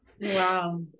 Wow